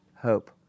hope